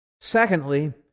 Secondly